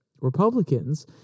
Republicans